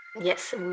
Yes